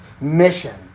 mission